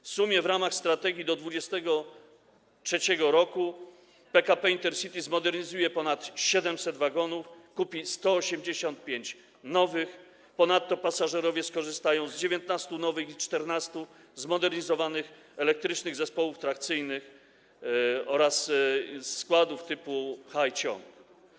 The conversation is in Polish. W sumie w ramach strategii do 2023 r. PKP Intercity zmodernizuje ponad 700 wagonów, kupi 185 nowych, ponadto pasażerowie skorzystają z 19 nowych i 14 zmodernizowanych elektrycznych zespołów trakcyjnych oraz składów typu pchaj-ciągnij.